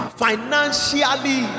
financially